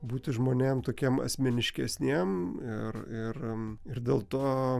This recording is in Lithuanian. būti žmonėm tokiem asmeniškesniem ir ir dėl to